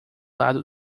lado